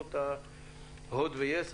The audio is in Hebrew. חברות הוט ויס.